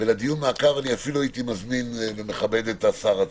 ולדיון מעקב אני אפילו הייתי מזמין ומכבד את השר עצמו.